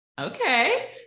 Okay